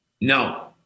No